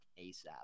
ASAP